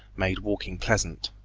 made walking pleasant.